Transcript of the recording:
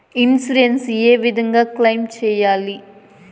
Insurance ఏ విధంగా claim సేయాలి?